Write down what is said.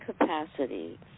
capacity